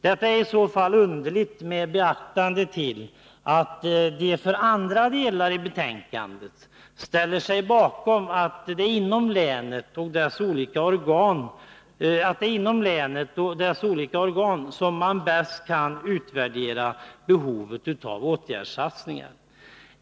Detta är i så fall underligt, med beaktande av att de beträffande andra delar av betänkandet ställer sig bakom att det är inom länet och dess olika organ som man bäst kan utvärdera behovet av åtgärdssatsningar.